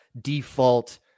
default